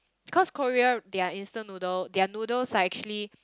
cause Korea their instant noodle their noodles are actually